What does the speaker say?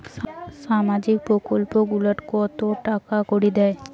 সামাজিক প্রকল্প গুলাট কত টাকা করি দেয়?